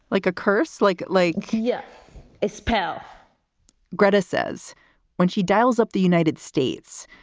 like a curse. like. like yeah a spell gretta says when she dials up the united states,